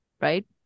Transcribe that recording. right